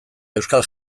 euskal